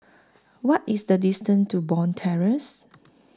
What IS The distance to Bond Terrace